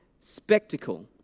spectacle